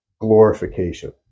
glorification